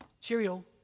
Cheerio